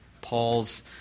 Paul's